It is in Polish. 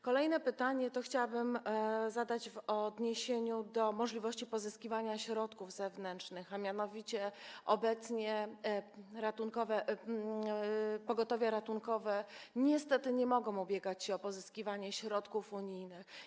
Kolejne pytanie chciałabym zadać w odniesieniu do możliwości pozyskiwania środków zewnętrznych, a mianowicie obecnie pogotowie ratunkowe niestety nie może ubiegać się o pozyskiwanie środków unijnych.